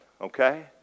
okay